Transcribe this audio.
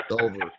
over